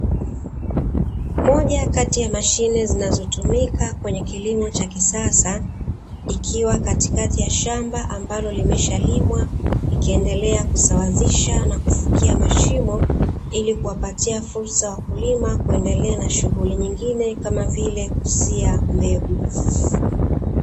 Moja kati ya mashine zinazotumika kwenye kilimo cha kisasa ikiwa Katikati ya shamba ambalo limeshalimwa, ikiendelea kusawazisha na kufukia mashimo ili kuwapatia fursa wakulima kuendelea na shughuli zingine kama vile kusia mbegu.